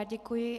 Děkuji.